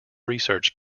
research